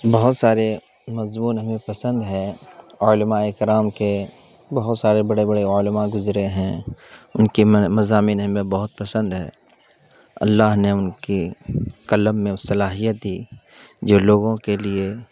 بہت سارے مضمون ہمیں پسند ہیں اور علماء کرام کے بہت سارے بڑے بڑے علماء گزرے ہیں ان کے مضامین ہمیں بہت پسند ہیں اللہ نے ان کی قلم میں وہ صلاحیت دی جو لوگوں کے لیے